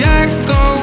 echo